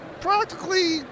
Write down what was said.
practically